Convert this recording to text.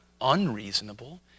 unreasonable